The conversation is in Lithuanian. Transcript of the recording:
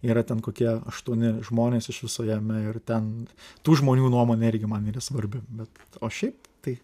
yra ten kokie aštuoni žmonės iš viso jame ir ten tų žmonių nuomonė irgi man yra svarbi bet o šiaip tai